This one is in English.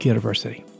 University